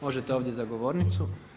Možete ovdje za govornicu.